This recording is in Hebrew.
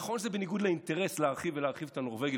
נכון שזה בניגוד לאינטרס להרחיב ולהרחיב את הנורבגי,